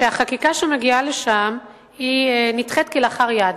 שהחקיקה שמגיעה לשם נדחית כלאחר יד.